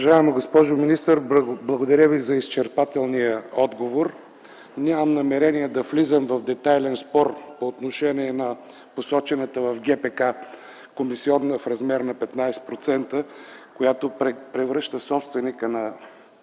благодаря Ви за изчерпателния отговор. Нямам намерение да влизам в детайлен спор по отношение на посочената в ГПК комисионна в размер на 15%, която превръща собственика на